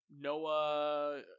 Noah